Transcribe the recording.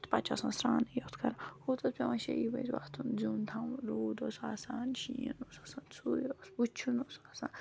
تہٕ پَتہٕ چھِ آسان سرٛانٕے یوت کَرُن ہُتھ اوس پٮ۪وان شیٚیی بَجہِ وۄتھُن زیُن تھاوُن روٗد اوس آسان شیٖن اوس آسان سُے اوس وٕچھُن اوسُکھ آسان